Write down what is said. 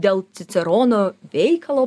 dėl cicerono veikalo